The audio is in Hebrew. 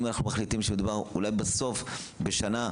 אם אנחנו מחליטים שמדובר אולי בסוף בשנה,